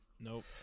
nope